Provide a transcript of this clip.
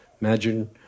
Imagine